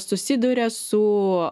susiduria su